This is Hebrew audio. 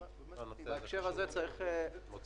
עודד, זו הזדמנות